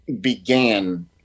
began